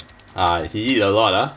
ah he eat a lot ah